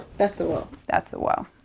that's the whoa. that's the whoa.